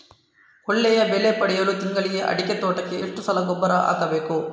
ಒಳ್ಳೆಯ ಬೆಲೆ ಪಡೆಯಲು ತಿಂಗಳಲ್ಲಿ ಅಡಿಕೆ ತೋಟಕ್ಕೆ ಎಷ್ಟು ಸಲ ಗೊಬ್ಬರ ಹಾಕಬೇಕು?